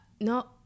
No